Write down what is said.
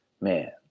man